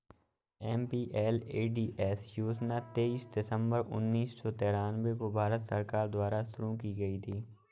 MPLADS योजना तेईस दिसंबर उन्नीस सौ तिरानवे को भारत सरकार द्वारा शुरू की गयी थी